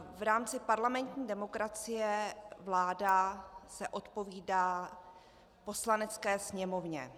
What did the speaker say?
V rámci parlamentní demokracie se vláda odpovídá Poslanecké sněmovně.